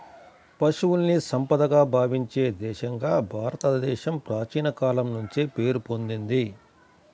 పశువుల్ని సంపదగా భావించే దేశంగా భారతదేశం ప్రాచీన కాలం నుంచే పేరు పొందింది